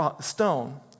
stone